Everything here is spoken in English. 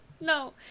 no